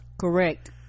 correct